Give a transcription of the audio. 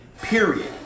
Period